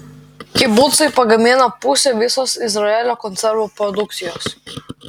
kibucai pagamina pusę visos izraelio konservų produkcijos